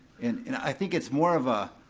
and and i think it's more of, ah